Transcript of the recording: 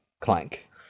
Clank